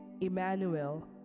Emmanuel